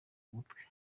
mutwe